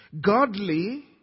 godly